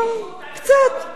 וחברי הוועדה,